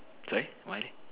sorry why leh